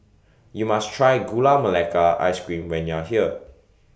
YOU must Try Gula Melaka Ice Cream when YOU Are here